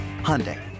Hyundai